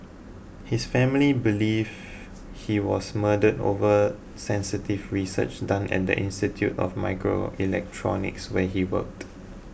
his family believe he was murdered over sensitive research done at the Institute of Microelectronics where he worked